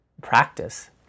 practice